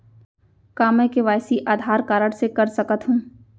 का मैं KYC Aadhaar card से कर सकत हो?